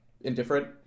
indifferent